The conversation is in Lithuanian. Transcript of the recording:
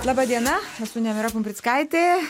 laba diena esu nemira pumprickaitė